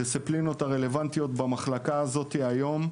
מבחינת הדיסציפלינות הרלוונטיות במחלקה הזאת היום,